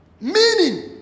Meaning